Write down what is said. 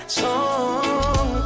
song